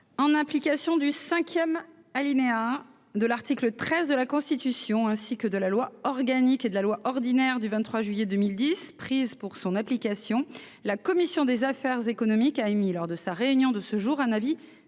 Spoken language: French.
En application du cinquième alinéa de l'article 13 de la Constitution, ainsi que de la loi organique n° 2010 837 et de la loi ordinaire n° 2010 838 du 23 juillet 2010 prises pour son application, la commission des affaires économiques a émis, lors de sa réunion de ce jour, un avis